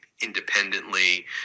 independently